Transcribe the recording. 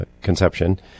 Conception